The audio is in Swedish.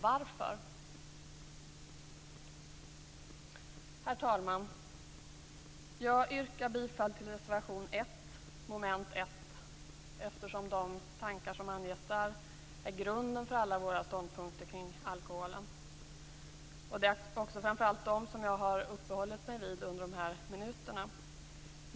Varför? Herr talman! Jag yrkar bifall till reservation nr 1 under mom. 1, eftersom de tankar som där anges är grunden för alla våra ståndpunkter kring alkoholen. Det är också framför allt dem som jag har uppehållit mig vid under de här minuterna.